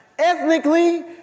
Ethnically